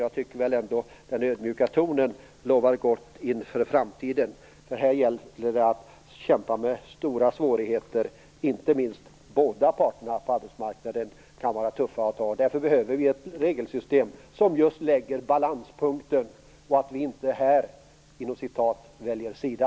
Jag tycker ändå att den ödmjuka tonen lovar gott inför framtiden, för här gäller det att kämpa med stora svårigheter. Inte minst de båda parterna på arbetsmarknaden kan vara tuffa att ta. Därför behöver vi ett regelsystem som just fastställer balanspunkten. Vi skall inte heller här "välja sida".